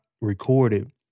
recorded